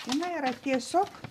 na yra tiesiog